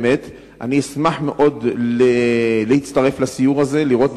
אם יהיה סיור כזה באמת אשמח מאוד להצטרף לסיור ולראות